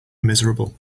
miserable